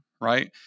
right